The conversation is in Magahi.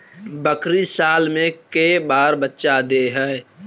बकरी साल मे के बार बच्चा दे है?